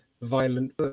violent